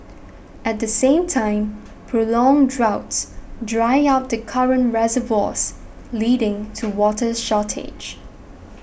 at the same time prolonged droughts dry out the current reservoirs leading to water shortage